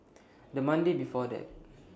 The Monday before that